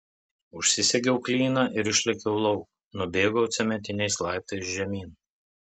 užsisegiau klyną ir išlėkiau lauk nubėgau cementiniais laiptais žemyn